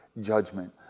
judgment